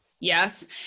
Yes